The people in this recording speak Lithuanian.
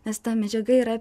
nes ta medžiaga yra